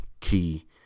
key